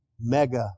mega